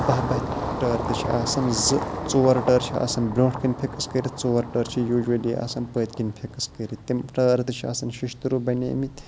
بَہہ بَہہ ٹٲر تہِ چھِ آسان زٕ ژور ٹٲر چھِ آسان برٛونٛٹھ کَنۍ فِکٕس کٔرِتھ ژور ٹٲر چھِ یوٗجؤلی آسان پٔتۍکِنۍ فِکٕس کٔرِتھ تِم ٹٲر تہِ چھِ آسان شٔشتٕروٗ بَنیمٕتۍ